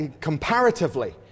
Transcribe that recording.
comparatively